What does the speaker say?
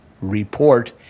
Report